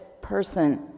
person